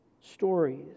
stories